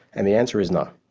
and the answer is no.